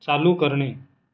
चालू करणे